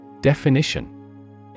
Definition